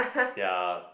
ya